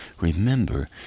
remember